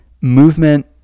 movement